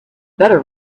better